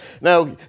Now